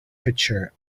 pitcher